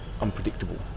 unpredictable